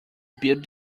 build